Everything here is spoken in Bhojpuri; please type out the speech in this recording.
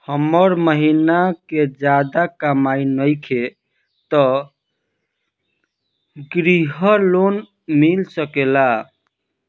हमर महीना के ज्यादा कमाई नईखे त ग्रिहऽ लोन मिल सकेला?